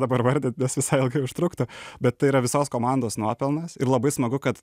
dabar vardint nes visai ilgai užtruktų bet tai yra visos komandos nuopelnas ir labai smagu kad